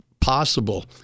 possible